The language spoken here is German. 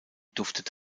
duftet